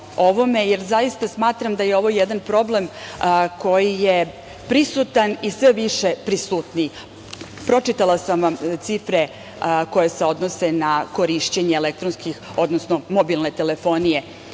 jer zaista smatram da je ovo jedan problem koji je prisutan i sve više prisutniji. Pročitala sam vam cifre koje se odnose na korišćenje mobilne telefonije.